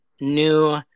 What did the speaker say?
new